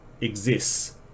exists